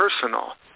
personal